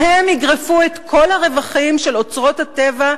שיגרפו את כל הרווחים שיופקו מאוצרות הטבע,